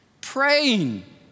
Praying